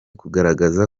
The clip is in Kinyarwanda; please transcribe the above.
kugaragaza